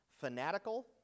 fanatical